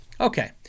Okay